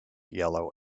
yellow